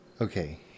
Okay